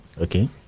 okay